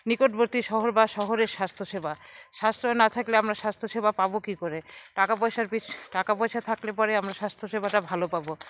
নিকটবর্তী শহর বা শহরের স্বাস্থ্যসেবা সাশ্রয় না থাকলে আমরা স্বাস্থ্যসেবা পাব কী করে টাকাপয়সার পিছু টাকাপয়সা থাকলে পরে আমরা স্বাস্থ্যসেবাটা ভালো পাবো